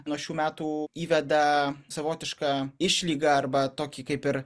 nuo šių metų įveda savotišką išlygą arba tokį kaip ir